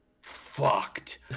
fucked